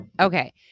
Okay